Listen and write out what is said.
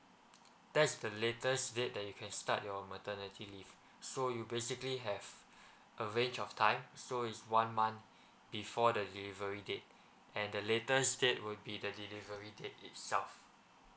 that's the latest date that you can start your maternity leave so you basically have a range of time so is one month before the delivery date and the latest date will be the delivery date itself